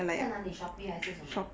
在哪里 shopee 还是什么